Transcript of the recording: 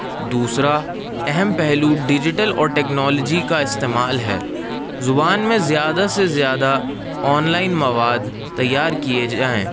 دوسرا اہم پہلو ڈیجیٹل اور ٹیکنالوجی کا استعمال ہے زبان میں زیادہ سے زیادہ آن لائن مواد تیار کیے جائیں